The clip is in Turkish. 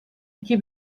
iki